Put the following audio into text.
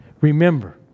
remember